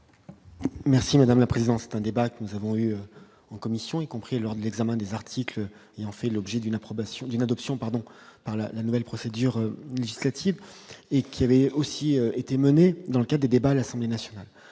Merci madame la présence d'un débat que nous avons eu en commission, y compris, et lors de l'examen des articles et en fait l'objet d'une approbation d'une adoption pardon par la la nouvelle procédure législative et qui avait aussi été menée dans le cas des débats à l'Assemblée nationale,